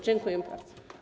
Dziękuję bardzo.